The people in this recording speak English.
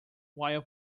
while